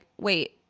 wait